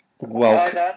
Welcome